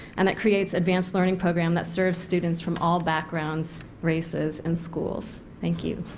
and that creates advanced learning programs that serve students from all backgrounds, races and schools. thank you.